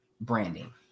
branding